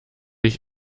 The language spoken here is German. ich